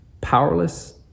powerless